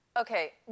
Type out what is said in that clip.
okay